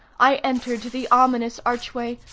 i entered the ominous archway!